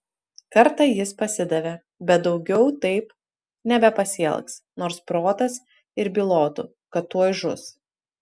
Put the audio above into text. kartą jis pasidavė bet daugiau taip nebepasielgs nors protas ir bylotų kad tuoj žus